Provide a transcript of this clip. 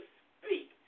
speak